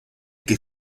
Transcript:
qui